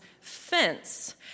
fence